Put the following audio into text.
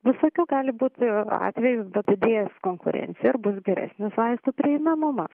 visokių gali būt atvejų padidėjus konkurencijai ir bus geresnis vaistų prieinamumas